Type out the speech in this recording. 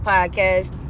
Podcast